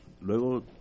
Luego